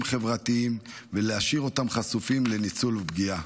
חברתיים ולהשאיר אותם חשופים לניצול ולפגיעה.